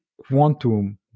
quantum